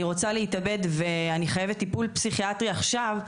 רוצה להתאבד וחייבת טיפול פסיכיאטרי עכשיו,